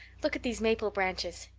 look at these maple branches.